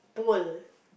bowl